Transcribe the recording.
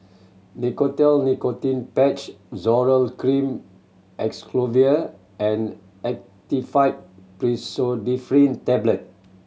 Nicotinell Nicotine Patch Zoral Cream Acyclovir and Actifed Pseudoephedrine Tablet